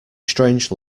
strange